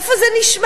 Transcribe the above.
איפה זה נשמע?